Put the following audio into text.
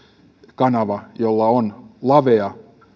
kanava jolla on lavea